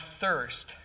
thirst